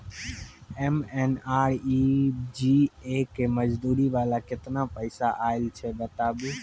MNREGA के मज़दूरी वाला केतना पैसा आयल छै बताबू?